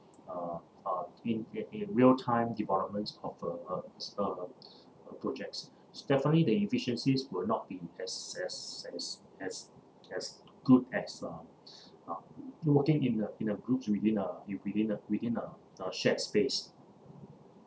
uh uh in in in real time developments of uh uh s~ uh uh projects so definitely the efficiencies will not be as as as as as good as uh uh working in the in the groups within a within a within a a shared space